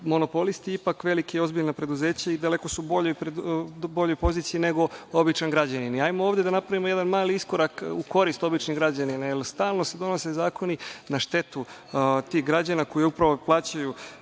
monopolisti, ipak velika i ozbiljna preduzeća i daleko su u boljoj poziciji nego običan građanin? Ajde ovde napravimo jedan mali iskorak u korist običnih građanina, jer stalno se donose zakoni na štetu tih građana koji upravo plaćaju